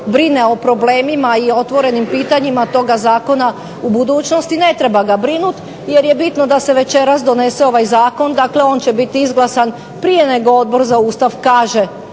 brine o problemima i o otvorenim pitanjima toga zakona u budućnosti, ne treba ga brinuti jer je bitno da se večeras donese ovaj zakon, dakle on će biti izglasan prije nego Odbor za Ustav kaže